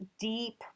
deep